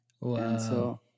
Wow